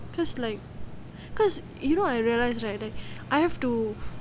because like because you know I realise right that I have to